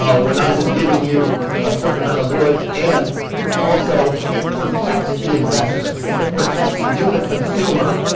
ah we're not just giving you a certain amount of woods and also it protects the investment. it protects you the consumer,